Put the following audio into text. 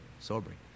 sobering